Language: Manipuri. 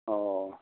ꯑꯣ